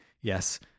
yes